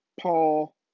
Paul